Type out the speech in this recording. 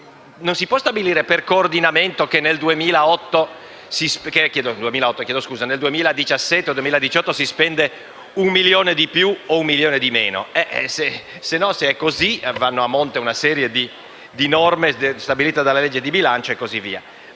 Non si può stabilire per coordinamento che nel 2017 o nel 2018 si spende un milioni di più o un milione di meno. Se è così, vanno a monte una serie di norme stabilite dalla legge di bilancio e così via.